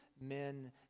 men